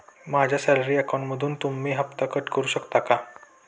माझ्या सॅलरी अकाउंटमधून तुम्ही हफ्ता कट करू शकता का?